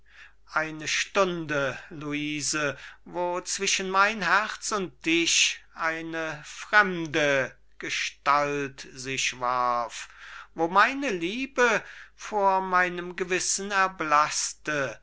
eine stunde luise wo zwischen mein herz und dich eine fremde gewalt sich warf wo meine liebe vor meinem gewissen